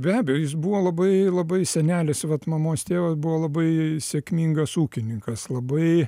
be abejo jis buvo labai labai senelis vat mamos tėvas buvo labai sėkmingas ūkininkas labai